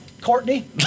Courtney